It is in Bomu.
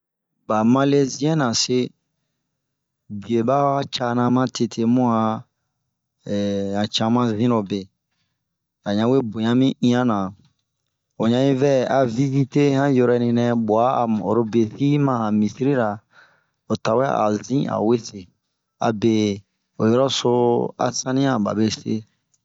Ba Malɛziɛn ra se, bie ba cana matete bu an ehh han cama zinrobe a ɲan we boɲa mi iyan na. O ɲan yi vɛ a vizite han yurani nɛ bua oro bie si ma a han misiri'ra,o tawɛ ao zin awe se. abe ho yurɔ so a saniyan ba be se.